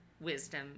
wisdom